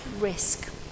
risk